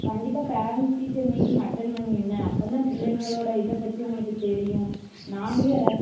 கண்டிப்பாக parents teacher meeting attend பண்ணுங்க என்ன அப்போதான் பிள்ளைங்களோடய இதை பற்றி உங்களுக்கு தெரியும் நாங்களே அதை